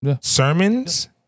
sermons